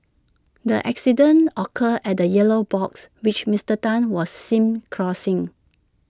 the accident occurred at A yellow box which Mister Tan was seen crossing